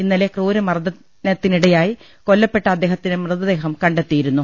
ഇന്നലെ ക്രൂരമർദ്ദന്തിനിടയായി കൊല്ല പ്പെട്ട അദ്ദേഹത്തിന്റെ മൃതദേഹം കണ്ടെത്തിയിരുന്നു